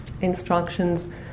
instructions